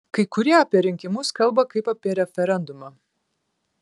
kai kurie apie rinkimus kalba kaip apie referendumą